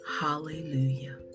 Hallelujah